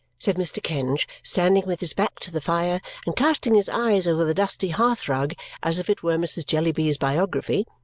said mr. kenge, standing with his back to the fire and casting his eyes over the dusty hearth-rug as if it were mrs jellyby's biography,